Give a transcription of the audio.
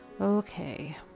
Okay